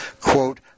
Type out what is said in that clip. quote